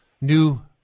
new